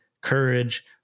courage